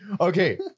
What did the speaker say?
Okay